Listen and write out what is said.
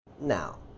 Now